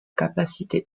capacité